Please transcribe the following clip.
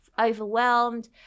overwhelmed